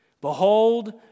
Behold